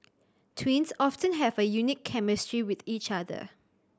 twins often have a unique chemistry with each other